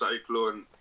Cyclone